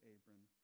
Abram